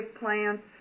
plants